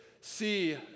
see